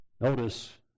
Notice